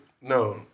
No